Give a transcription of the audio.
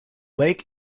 lake